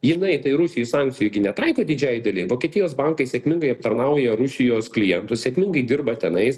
jinai tai rusijai sankcijų gi netaiko didžiajai dideliai vokietijos bankai sėkmingai aptarnauja rusijos klientus sėkmingai dirba tenais